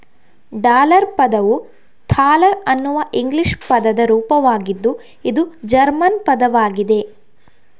dollar ಪದವು thaler ಅನ್ನುವ English ಪದದ ರೂಪವಾಗಿದ್ದು ಇದು ಜರ್ಮನ್ ಪದವಾಗಿದೆ